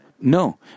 No